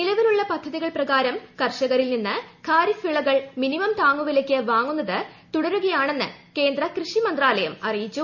നിലവിലുള്ള പദ്ധതികൾ പ്രകാരം കർഷകരിൽ നിന്ന് ഖാരിഫ് വിളകൾ മിനിമം താങ്ങുവിലയ്ക്ക് വാങ്ങ്ുന്നത് തുടരുകയാണെന്ന് കേന്ദ്ര കൃഷി മന്ത്രാലയം ആറിയിച്ചു